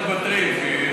אנחנו מוותרים כי,